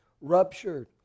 ruptured